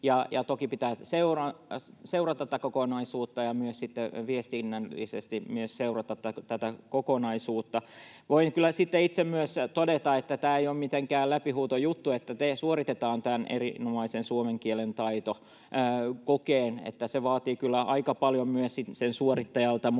Toki pitää seurata tätä kokonaisuutta ja myös sitten viestinnällisesti seurata tätä kokonaisuutta. Voin kyllä itse myös todeta, että tämä ei ole mitenkään läpihuutojuttu, että suorittaa tämän erinomaisen suomen kielen taidon kokeen, eli se vaatii kyllä aika paljon myös sen suorittajalta.